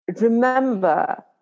remember